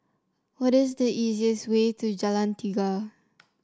what is the easiest way to Jalan Tiga